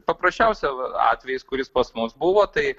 paprasčiausia atvejis kuris pas mus buvo tai